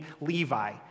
Levi